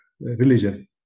religion